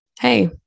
Hey